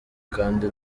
kandi